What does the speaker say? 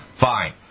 fine